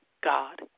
God